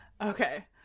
Okay